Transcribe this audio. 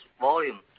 volume